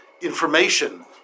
information